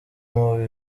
muri